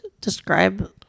describe